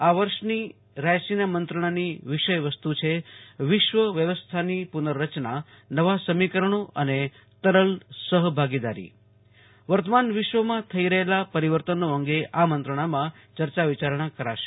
આ વર્ષની રાયસીના મંત્રણાની વિષયવસ્તુ છે વિશ્વ વ્યવસ્થાની પુનર્રચના નવા સમીકરણો અને તરલ સહભાગીદારી વર્તમાન વિશ્વમાં થઈ રહેલા પરિવર્તનો અંગે આ મંત્રણામાં ચર્ચા વિચારણા કરાશે